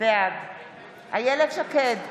בעד איילת שקד,